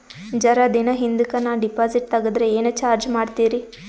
ಜರ ದಿನ ಹಿಂದಕ ನಾ ಡಿಪಾಜಿಟ್ ತಗದ್ರ ಏನ ಚಾರ್ಜ ಮಾಡ್ತೀರಿ?